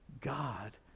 God